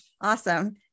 Awesome